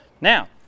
Now